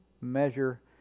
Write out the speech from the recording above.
measure